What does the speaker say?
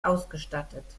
ausgestattet